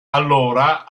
allora